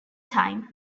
time